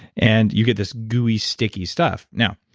and you get this gooey, sticky stuff. now,